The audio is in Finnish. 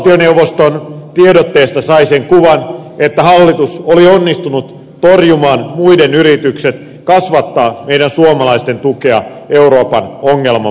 valtioneuvoston tiedotteesta sai sen kuvan että hallitus oli onnistunut torjumaan muiden yritykset kasvattaa meidän suomalaisten tukea euroopan ongelmamaille